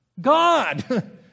God